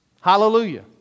Hallelujah